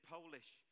Polish